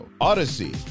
Odyssey